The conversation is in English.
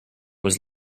was